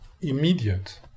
immediate